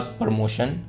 promotion